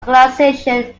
organization